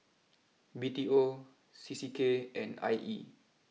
B T O C C K and I E